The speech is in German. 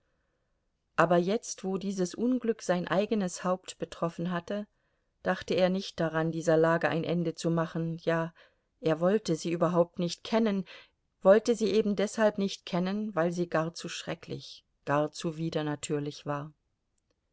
aber jetzt wo dieses unglück sein eigenes haupt betroffen hatte dachte er nicht daran dieser lage ein ende zu machen ja er wollte sie überhaupt nicht kennen wollte sie ebendeshalb nicht kennen weil sie gar zu schrecklich gar zu widernatürlich war